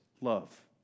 love